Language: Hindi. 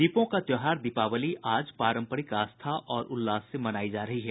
दीपों का त्योहार दीपावली आज परंपरिक आस्था और उल्लास से मनाई जा रही है